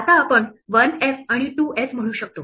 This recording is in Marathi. आता आपण one f आणि two s म्हणू शकतो